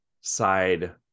side